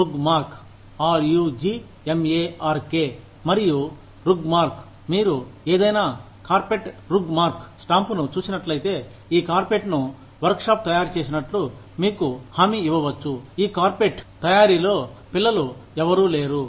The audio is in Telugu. RUGMARK R U G M A R K మరియు RUGMARK మీరు ఏదైనా కార్పెట్పై రుగ్ మార్క్ స్టాంపును చూసినట్లయితే ఈ కార్పెట్ను వర్క్షాప్లో తయారుచేసినట్లు మీకు హామీ ఇవ్వవచ్చు ఈ కార్పొరేట్ తయారీలో పిల్లలు ఎవరూ లేరు